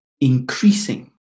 increasing